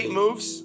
moves